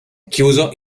chiuso